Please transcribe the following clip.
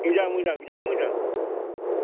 मोजां मोजां बिराथ मोजां